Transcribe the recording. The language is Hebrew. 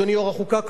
אדוני יושב-ראש החוקה,